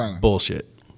bullshit